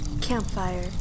Campfire